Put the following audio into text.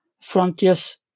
frontiers